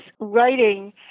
writing